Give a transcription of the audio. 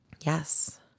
Yes